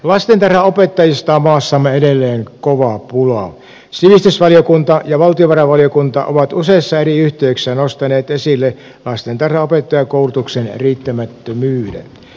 lastentarhaopettajista maassamme edelleen kova pula on selostus valiokunta ja valtiovarainvaliokunta ovat useissa eri yhteyksissä nostaneet esille lastentarhanopettajakoulutuksen riittämättömyyden